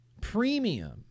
premium